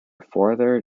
further